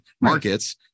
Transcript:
markets